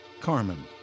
Carmen